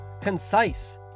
concise